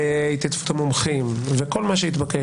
התייצבות המומחים וכל מה שהתבקש,